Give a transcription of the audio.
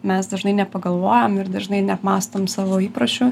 mes dažnai nepagalvojam ir dažnai neapmąstom savo įpročių